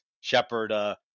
Shepard